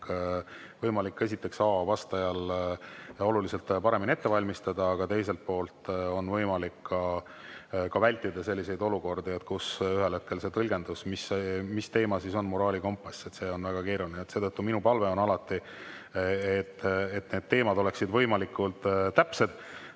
vastajal esiteks võimalik oluliselt paremini ette valmistada, aga teiselt poolt oleks võimalik ka vältida selliseid olukordi, kus ühel hetkel see tõlgendus, mis teema on [näiteks] moraalikompass, on väga keeruline. Seetõttu minu palve on alati, et need teemad oleksid võimalikult täpsed.